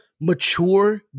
mature